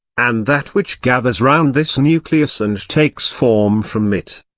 and that which gathers round this nucleus and takes form from it.